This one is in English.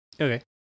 Okay